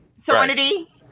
Serenity